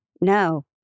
No